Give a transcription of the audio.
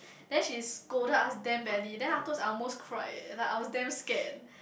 then she scolded us damn badly then afterwards I almost cry eh like I was damn scared